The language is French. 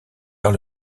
vers